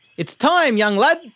it's time young lad,